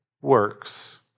works